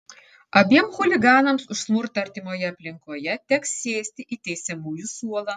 abiem chuliganams už smurtą artimoje aplinkoje teks sėsti į teisiamųjų suolą